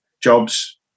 jobs